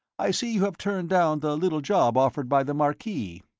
i see you have turned down the little job offered by the marquis.